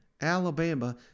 Alabama